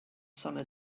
summer